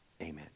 Amen